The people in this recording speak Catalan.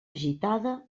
gitada